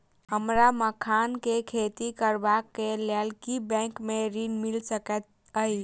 हमरा मखान केँ खेती करबाक केँ लेल की बैंक मै ऋण मिल सकैत अई?